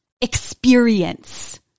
experience